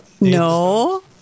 No